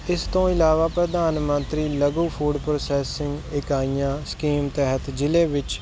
ਇਸ ਤੋਂ ਇਲਾਵਾ ਪ੍ਰਧਾਨ ਮੰਤਰੀ ਲਘੂ ਫੂਡ ਪ੍ਰੋਸੈਸਇੰਗ ਇਕਾਈਆਂ ਸਕੀਮ ਤਹਿਤ ਜ਼ਿਲ੍ਹੇ ਵਿੱਚ